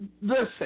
listen